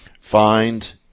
Find